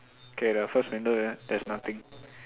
okay the first window ah there's nothing